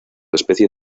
especie